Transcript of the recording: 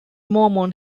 mormon